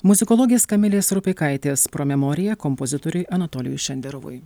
muzikologės kamilės rupeikaitės promemorija kompozitoriui anatolijui šenderovui